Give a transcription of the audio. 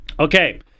Okay